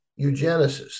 eugenesis